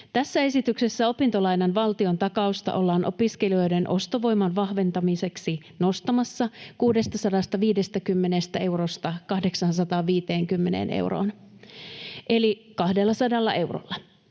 Tässä esityksessä opintolainan valtiontakausta ollaan opiskelijoiden ostovoiman vahventamiseksi nostamassa 650 eurosta 850 euroon eli 200 eurolla.